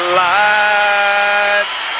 lights